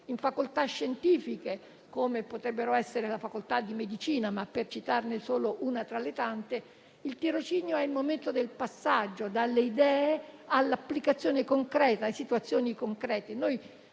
In facoltà scientifiche, come potrebbe essere quella di medicina - per citarne solo una tra le tante - il tirocinio è il momento del passaggio all'applicazione concreta delle idee a situazioni concrete.